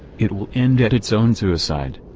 it will end at its own suicide.